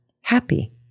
happy